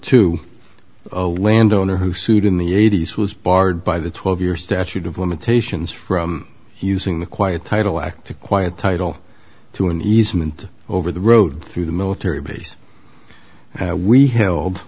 two a landowner who sued in the eighty's was barred by the twelve year statute of limitations from using the quiet title act acquired title to an easement over the road through the military base we held